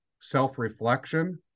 self-reflection